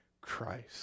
Christ